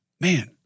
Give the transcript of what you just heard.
Man